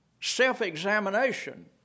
self-examination